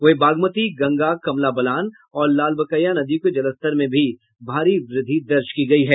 वहीं बागमती गंगा कमला बलान और लालबकैया नदियों के जलस्तर में भी भारी वृद्धि दर्ज की गयी है